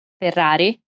Ferrari